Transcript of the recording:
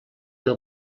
una